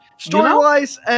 Story-wise